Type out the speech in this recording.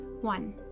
one